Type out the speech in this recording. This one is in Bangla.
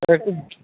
তো একটু